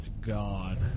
God